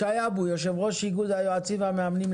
שי אבו, יושב ראש איגוד היועצים והמאמנים.